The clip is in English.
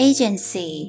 Agency